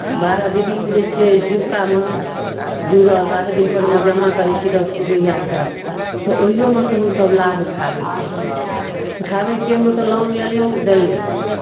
बारह दीदीमे जे छियै जीविकामे जुड़ल आठ दिनपर मे जमा करै छियै दस रुपैआके तऽ ओहिओमे सँ हमसभ लाभ उठाबै छियै उठाबै छियै ओहिमे सँ लोन लेलहुँ देलहुँ